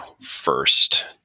first